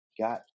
got